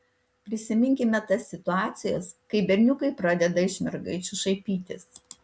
prisiminkime tas situacijas kai berniukai pradeda iš mergaičių šaipytis